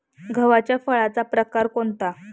गव्हाच्या फळाचा प्रकार कोणता?